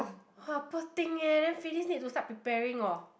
har poor thing leh then finish need to start preparing orh